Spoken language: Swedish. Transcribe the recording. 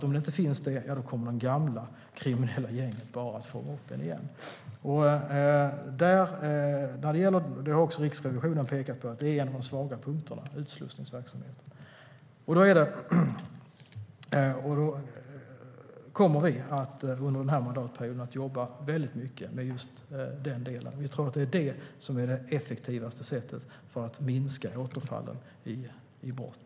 Om det inte gör det kommer de gamla kriminella gängen bara att fånga upp personen igen. Riksrevisionen har också pekat på att utslussningsverksamheten är en av de svaga punkterna. Vi kommer under den här mandatperioden att jobba väldigt mycket med just den delen. Vi tror att det är det som är det effektivaste sättet att minska återfallen i brott.